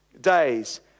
days